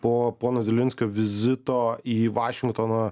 po pono zelenskio vizito į vašingtoną